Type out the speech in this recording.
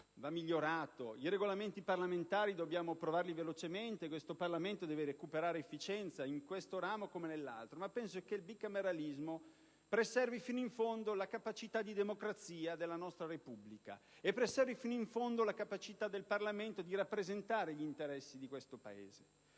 velocemente i Regolamenti parlamentari e questo Parlamento deve recuperare efficienza, in questo ramo come nell'altro, ma penso che il bicameralismo preservi fino in fondo la capacità di democrazia della nostra Repubblica e la capacità del Parlamento di rappresentare gli interessi di questo Paese.